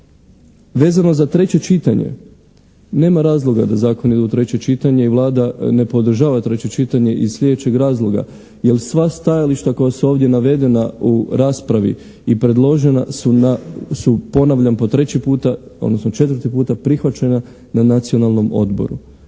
Vezano za treće čitanje, nema razloga da Zakon ide u treće čitanje i Vlada ne podržava treće čitanje iz sljedećeg razloga. Jer sva stajališta koja su ovdje navedena u raspravi i predložena su, ponavljam po treći puta, odnosno četvrti puta, prihvaćena na Nacionalnom odboru